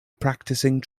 practicing